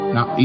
Now